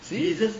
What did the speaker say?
see